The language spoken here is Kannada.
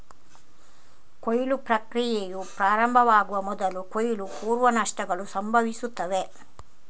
ಕೊಯ್ಲು ಪ್ರಕ್ರಿಯೆಯು ಪ್ರಾರಂಭವಾಗುವ ಮೊದಲು ಕೊಯ್ಲು ಪೂರ್ವ ನಷ್ಟಗಳು ಸಂಭವಿಸುತ್ತವೆ